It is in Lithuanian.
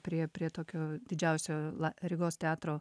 prie prie tokio didžiausio rygos teatro